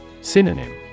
Synonym